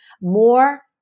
More